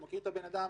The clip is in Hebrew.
הוא מכיר את הבן אדם,